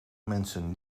mensen